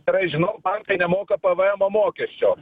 gerai žinau bankai nemoka pvmo mokesčio